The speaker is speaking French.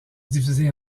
divisée